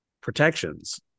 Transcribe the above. protections